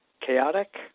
chaotic